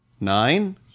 Nine